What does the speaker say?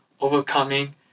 overcoming